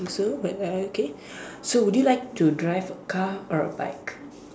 don't think so but uh okay so would you like to drive a car or a bike